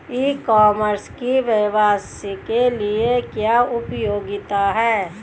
ई commerce की व्यवसाय के लिए क्या उपयोगिता है?